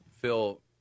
Phil